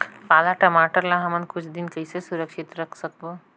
पाला टमाटर ला हमन कुछ दिन कइसे सुरक्षित रखे सकबो?